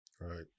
Right